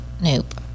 nope